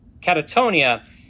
Catatonia